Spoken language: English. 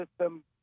system